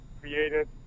created